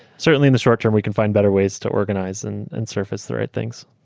certainly, in the structure and we can find better ways to organize and and surface the right things.